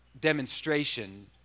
demonstration